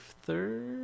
Third